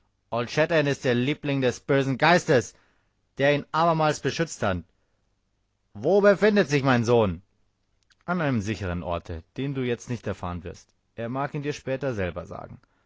ist der liebling des bösen geistes der ihn abermals beschützt hat wo befindet sich mein sohn an einem sicheren orte den du jetzt nicht erfahren wirst er mag ihn dir später selber sagen